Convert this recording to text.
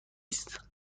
است